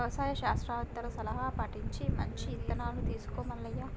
యవసాయ శాస్త్రవేత్తల సలహా పటించి మంచి ఇత్తనాలను తీసుకో మల్లయ్య